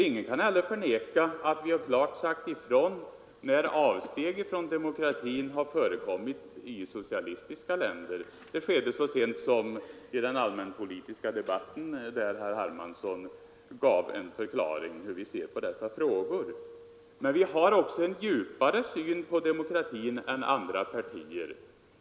Ingen kan heller förneka att vi klart har sagt ifrån när avsteg från demokratin förekommit i socialistiska länder. Det har skett så sent som i den allmänpolitiska debatten, där herr Hermansson gav en förklaring till hur vi ser på dessa frågor. Men vi har också en djupare syn på demokratin än andra partier.